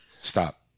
Stop